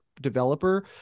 developer